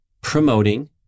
promoting